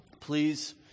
Please